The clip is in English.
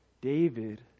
David